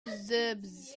observers